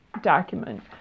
document